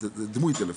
זה דמוי טלפוני,